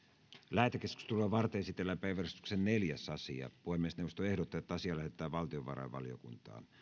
lähetekeskustelua varten esitellään päiväjärjestyksen neljäs asia puhemiesneuvosto ehdottaa että asia lähetetään valtiovarainvaliokuntaan